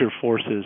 forces